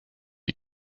you